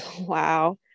Wow